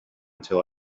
till